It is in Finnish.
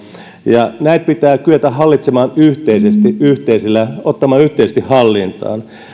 ja näitä pitää kyetä hallitsemaan yhteisesti ja ottamaan yhteisesti hallintaan